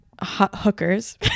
hookers